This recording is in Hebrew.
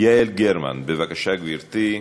יעל גרמן, בבקשה, גברתי.